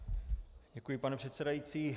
Děkuji, pane předsedající.